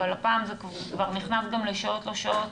אבל הפעם זה גם נכנס לשעות לא שעות